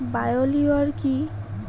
Bio লিওর কি?